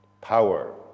Power